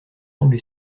semblé